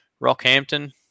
Rockhampton